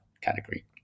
category